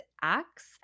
Acts